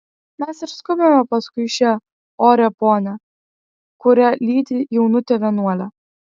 mes ir skubame paskui šią orią ponią kurią lydi jaunutė vienuolė